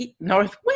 northwest